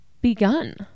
begun